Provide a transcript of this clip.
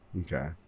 Okay